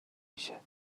میشه